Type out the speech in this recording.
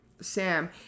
Sam